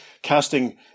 casting